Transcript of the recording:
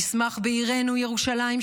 נשמח בעירנו ירושלים,